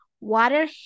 water